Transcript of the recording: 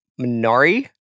Minari